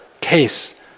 case